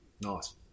Nice